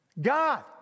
God